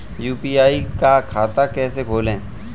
UPI का खाता कैसे खोलें?